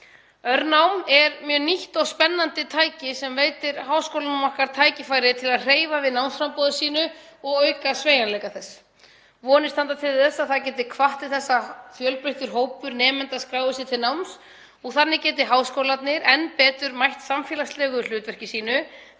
Örnám er mjög nýtt og spennandi tæki sem veitir háskólunum okkar tækifæri til að hreyfa við námsframboði sínu og auka sveigjanleika þess. Vonir standa til þess að það geti hvatt til þess að fjölbreyttur hópur nemenda skrái sig til náms og þannig geti háskólarnir enn betur mætt samfélagslegu hlutverki sínu,